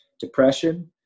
depression